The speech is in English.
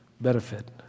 benefit